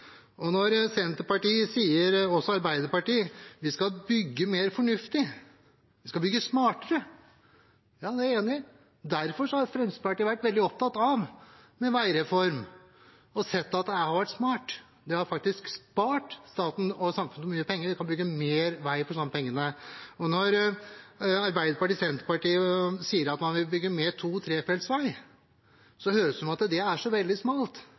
Når Senterpartiet, og også Arbeiderpartiet, sier at de skal bygge mer fornuftig, de skal bygge smartere, er jeg enig i det. Derfor har Fremskrittspartiet vært veldig opptatt av veireform og sett at det har vært smart. Det har faktisk spart staten og samfunnet for mye penger; vi kan bygge mer vei for de samme pengene. Og når Arbeiderpartiet og Senterpartiet sier at man vil bygge mer to-/trefelts vei, høres det ut som at det er så veldig smalt,